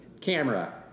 camera